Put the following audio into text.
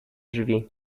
drzwi